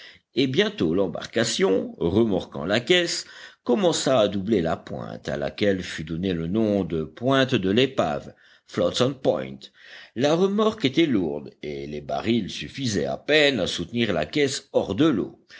et bientôt l'embarcation remorquant la caisse commença à doubler la pointe à laquelle fut donné le nom de pointe de l'épave flotson point la remorque était lourde et les barils suffisaient à peine à soutenir la caisse hors de l'eau